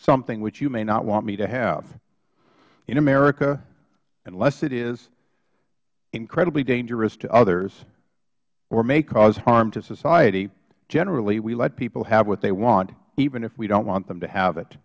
something which you may not want me to have in america unless it is incredibly dangerous to others or may cause harm to society generally we let people have what they want even if we don't want them to have it